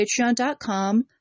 patreon.com